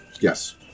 Yes